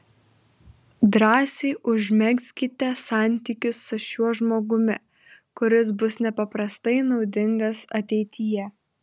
drąsiai užmegzkite santykius su šiuo žmogumi kuris bus nepaprastai naudingas ateityje